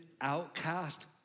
outcast